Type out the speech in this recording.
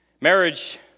Marriage